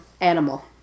animal